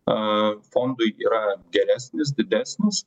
a fondui yra geresnis didesnis